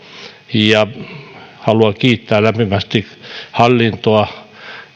ja haluan kiittää lämpimästi hallintoa